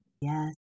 yes